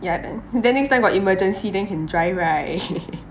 ya then then next time got emergency then can drive right